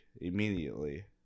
immediately